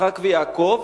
יצחק ויעקב,